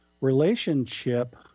relationship